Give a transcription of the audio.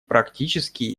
практические